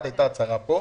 הייתה הצהרה פה,